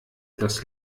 das